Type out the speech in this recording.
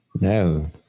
no